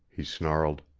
he snarled.